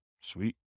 Sweet